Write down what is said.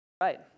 right